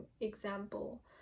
example